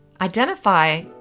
identify